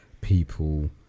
people